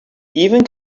even